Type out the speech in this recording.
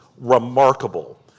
remarkable